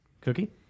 Cookie